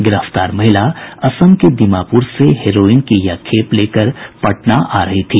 गिरफ्तार महिला असम के दीमापुर से हेरोईन की यह खेप लेकर पटना आ रही थी